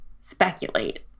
speculate